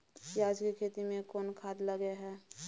पियाज के खेती में कोन खाद लगे हैं?